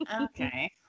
Okay